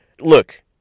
look